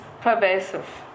pervasive